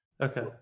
Okay